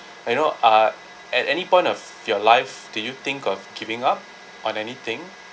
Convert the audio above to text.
you know uh at any point of your life do you think of giving up on anything